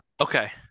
Okay